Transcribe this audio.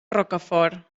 rocafort